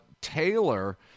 Taylor